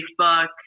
Facebook